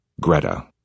Greta